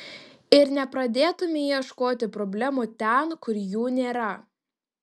ir nepradėtumei ieškoti problemų ten kur jų nėra